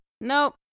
nope